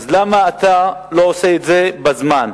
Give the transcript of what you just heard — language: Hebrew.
אז למה אתה לא עושה את זה בזמן?